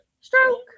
stroke